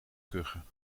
kuchen